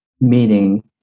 meaning